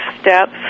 steps